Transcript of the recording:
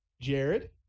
Jared